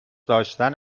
داشتن